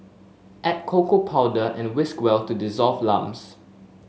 add cocoa powder and whisk well to dissolve lumps